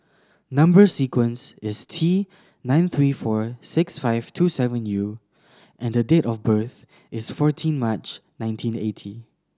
number sequence is T nine three four six five two seven U and date of birth is fourteen March nineteen eighty